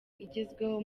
igezweho